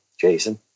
Jason